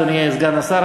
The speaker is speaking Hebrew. אדוני סגן השר,